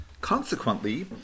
Consequently